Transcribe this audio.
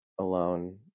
alone